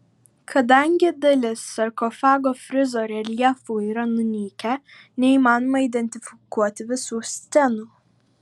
kadangi dalis sarkofago frizo reljefų yra nunykę neįmanoma identifikuoti visų scenų